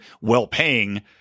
well-paying